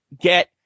get